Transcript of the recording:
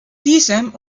diesem